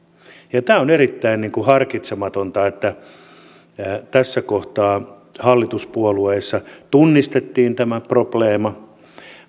alalle tämä on erittäin harkitsematonta tässä kohtaa hallituspuolueissa tunnistettiin tämä probleema